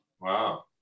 Wow